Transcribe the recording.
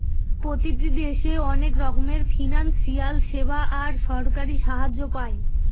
প্রতিটি দেশে অনেক রকমের ফিনান্সিয়াল সেবা আর সরকারি সাহায্য পায়